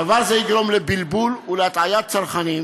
דבר זה יגרום לבלבול ולהטעיית צרכנים.